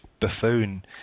buffoon